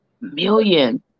million